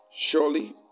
surely